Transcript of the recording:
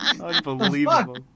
Unbelievable